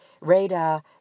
radar